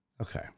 okay